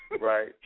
Right